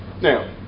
Now